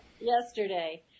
yesterday